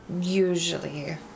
Usually